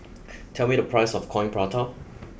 tell me the price of Coin Prata